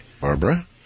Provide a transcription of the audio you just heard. Barbara